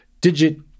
Digit